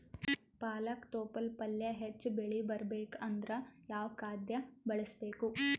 ಪಾಲಕ ತೊಪಲ ಪಲ್ಯ ಹೆಚ್ಚ ಬೆಳಿ ಬರಬೇಕು ಅಂದರ ಯಾವ ಖಾದ್ಯ ಬಳಸಬೇಕು?